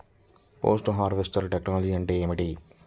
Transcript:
Post harvest technology అంటే ఏమిటి?